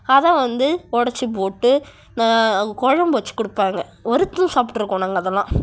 அதை வந்து உடச்சி போட்டு குழம்பு வச்சு கொடுப்பாங்க வறுத்தும் சாப்பிட்ருக்கோம் நாங்கள் அதெலாம்